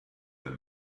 del